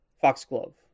Foxglove